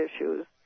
issues